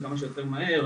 כמה שיותר מהר,